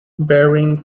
bearings